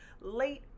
late